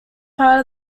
part